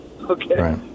Okay